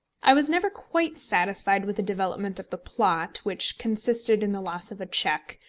i was never quite satisfied with the development of the plot, which consisted in the loss of a cheque,